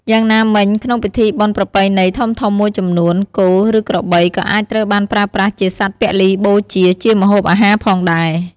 យ៉ាងណាមិញ ក្នុងពិធីបុណ្យប្រពៃណីធំៗមួយចំនួន គោ ឬក្របីក៏អាចត្រូវបានប្រើប្រាស់ជាសត្វពលីបូជា ជាម្ហូបអាហារផងដែរ។